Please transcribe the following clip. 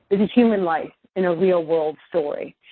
there's a human life and a real-world story.